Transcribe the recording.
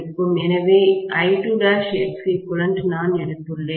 எனவே I2'Xeq நான் எடுத்துள்ளேன்